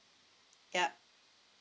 yup